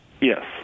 Yes